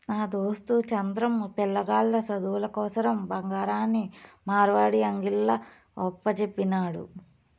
నా దోస్తు చంద్రం, పిలగాల్ల సదువుల కోసరం బంగారాన్ని మార్వడీ అంగిల్ల ఒప్పజెప్పినాడు